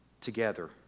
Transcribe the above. together